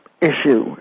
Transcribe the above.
issue